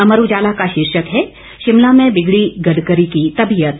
अमर उजाला का शीर्षक है शिमला में बिगड़ी गडकरी की तबीयत